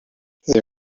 they